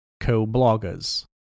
co-bloggers